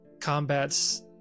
combats